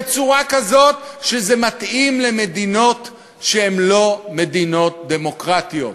בצורה כזאת שזה מתאים למדינות שהן לא מדינות דמוקרטיות.